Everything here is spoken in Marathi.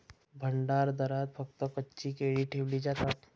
भंडारदऱ्यात फक्त कच्ची केळी ठेवली जातात